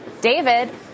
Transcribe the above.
David